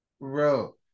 Bro